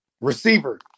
Receiver